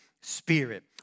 spirit